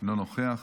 אינו נוכח.